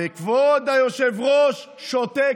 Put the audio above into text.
וכבוד היושב-ראש שותק.